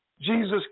Jesus